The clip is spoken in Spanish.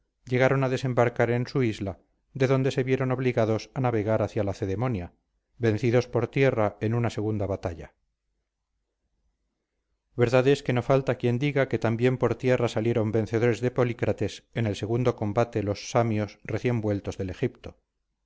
llegaron a desembarcar en su isla de donde se vieron obligados a navegar hacia lacedemonia vencidos por tierra en una segunda batalla verdad es que no falta quien diga que también por tierra salieron vencedores de polícrates en el segundo combate los samios recién vueltos del egipto